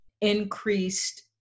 increased